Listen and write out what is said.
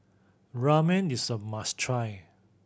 ramen is a must try